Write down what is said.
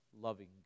loving